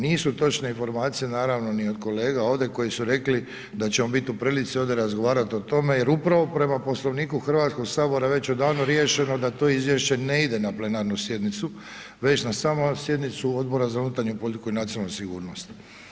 Nisu točne informacije, naravno ni od kolega, ovdje, koji su rekli da ćemo biti u prilici ovdje razgovarati o tome, jer upravo prema Poslovniku Hrvatskog sabora već odavno riješeno da to izvješće ne ide na plenarnu sjednicu, već na samu sjednicu Odbora za unutarnju politiku i nacionalnu sigurnost.